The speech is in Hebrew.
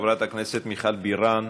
חברת הכנסת מיכל בירן,